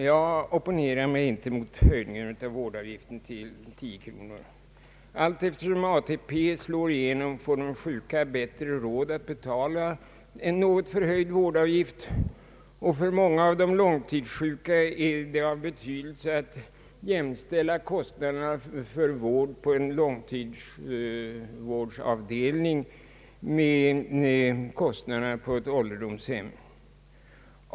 Jag opponerar mig inte mot höjningen av vårdavgiften till 10 kronor. Allteftersom ATP slår igenom får de sjuka bättre råd att betala en något höjd vårdavgift, och för många av de långtidssjuka är det av betydelse att jämställa kostnaderna för vård på en långtidsvårdsavdelning med kostnaderna på ett ålderdomshem.